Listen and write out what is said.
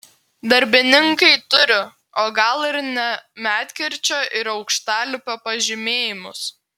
darbininkai turi o gal ir ne medkirčio ir aukštalipio pažymėjimus